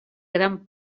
gran